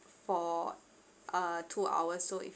for uh two hours so if